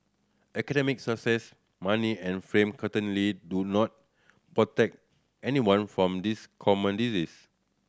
academic success money and fame certainly do not protect anyone from this common disease